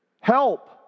help